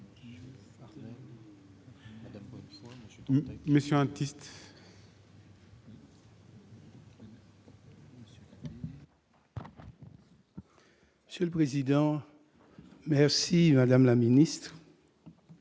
Monsieur le président, madame la ministre,